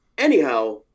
Anyhow